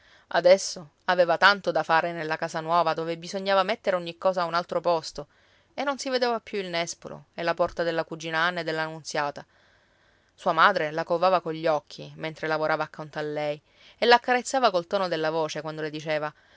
adesso aveva tanto da fare nella casa nuova dove bisognava mettere ogni cosa a un altro posto e non si vedeva più il nespolo e la porta della cugina anna e della nunziata sua madre la covava cogli occhi mentre lavorava accanto a lei e l'accarezzava col tono della voce quando le diceva